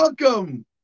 Welcome